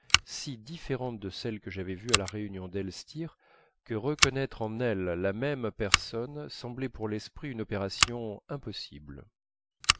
si différente de celle que j'avais vue à la réunion d'elstir que reconnaître en elle la même personne semblait pour l'esprit une opération impossible